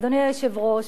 אדוני היושב-ראש,